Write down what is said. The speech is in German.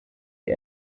die